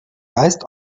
geist